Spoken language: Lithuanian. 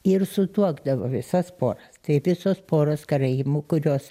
ir sutuokdavo visas poras tai visos poros karaimų kurios